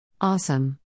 Awesome